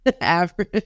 average